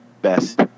best